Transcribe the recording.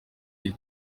iri